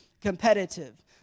competitive